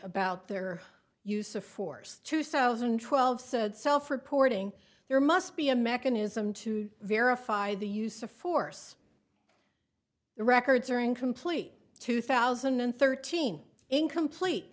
about their use of force two thousand and twelve said self reporting there must be a mechanism to verify the use of force the records are incomplete two thousand and thirteen incomplete